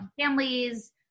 Families